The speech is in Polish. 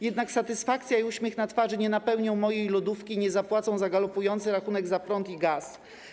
Jednak satysfakcja i uśmiech na twarzy nie napełnią mojej lodówki, nie zapłacą galopującego rachunku za prąd i gaz.